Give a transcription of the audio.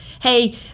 hey